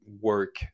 work